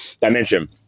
dimension